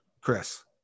chris